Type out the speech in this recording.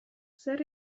zer